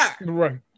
Right